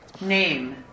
name